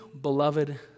beloved